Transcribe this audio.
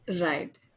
Right